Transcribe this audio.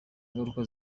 ingaruka